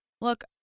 look